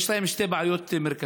יש להם שתי בעיות מרכזיות: